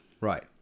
Right